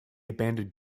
abandoned